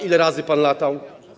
Ile razy pan latał?